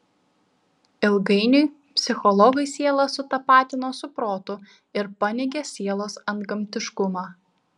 ilgainiui psichologai sielą sutapatino su protu ir paneigė sielos antgamtiškumą